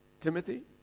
Timothy